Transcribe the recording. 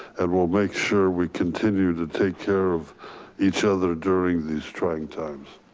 and we'll make sure we continue to take care of each other during these trying times.